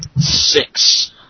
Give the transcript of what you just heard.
Six